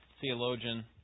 theologian